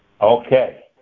Okay